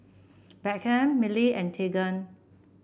Beckham Millie and Tegan